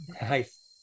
Nice